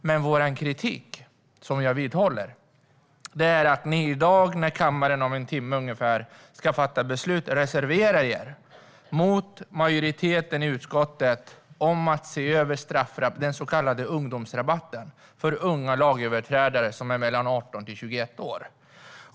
Men vår kritik, som jag vidhåller, är att ni i dag, när kammaren om ungefär en timme ska fatta beslut, kommer att reservera er mot utskottsmajoriteten när det gäller att se över den så kallade ungdomsrabatten för unga lagöverträdare mellan 18 och 21 år.